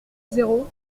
zéro